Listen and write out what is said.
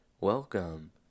welcome